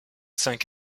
cinq